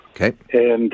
Okay